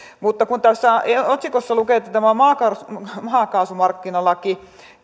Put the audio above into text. mutta kun tuossa otsikossa lukee että tämä on maakaasumarkkinalaki